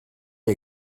you